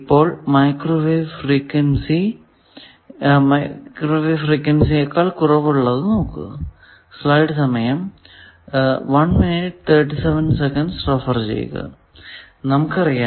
ഇപ്പോൾ microwave frequency യെക്കാൾ കുറവ് ഉള്ളത് നോക്കാം